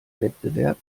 wettbewerb